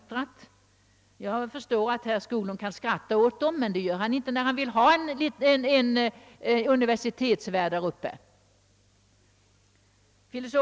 Jag förstår, att herr Skoglund kan skratta åt det, men det bör han inte göra, när han vill ha ett universitet där uppe.